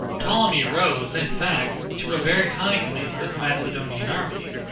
ptolemy rose, in fact, to a very high command in the macedonian army,